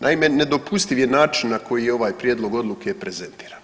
Naime, nedopustiv je način na koji je ovaj prijedlog odluke prezentiran.